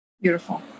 Beautiful